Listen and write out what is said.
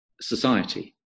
society